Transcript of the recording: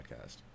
podcast